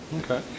Okay